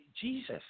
Jesus